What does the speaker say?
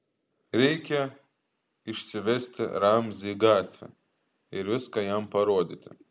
reikia išsivesti ramzį į gatvę ir viską jam parodyti